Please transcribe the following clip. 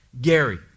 Gary